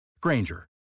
Granger